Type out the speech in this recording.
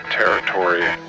territory